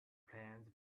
plants